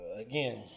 again